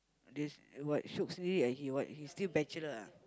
this what shiok sendiri he what still bachelor ah